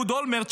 אהוד אולמרט,